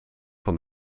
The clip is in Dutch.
van